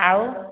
ଆଉ